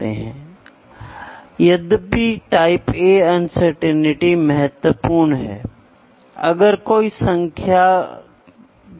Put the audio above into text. तो यह कुछ भी नहीं है लेकिन फिर से एक अनुवाद होता है और फिर अंत में आपको जो डेटा मिलता है वह एक पर्यवेक्षक होता है जो अपनी आंखों से देखता है